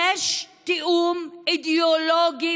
יש תיאום אידיאולוגי,